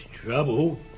trouble